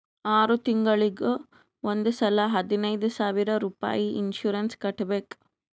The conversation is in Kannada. ಆರ್ ತಿಂಗುಳಿಗ್ ಒಂದ್ ಸಲಾ ಹದಿನೈದ್ ಸಾವಿರ್ ರುಪಾಯಿ ಇನ್ಸೂರೆನ್ಸ್ ಕಟ್ಬೇಕ್